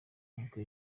nk’uko